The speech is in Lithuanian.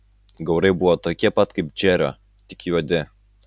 gaurai buvo tokie pat kaip džerio tik juodi